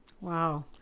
Wow